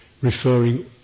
referring